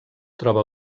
troba